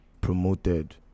promoted